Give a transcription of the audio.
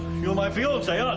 you're my fiance, aren't